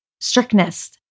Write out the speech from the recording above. strictness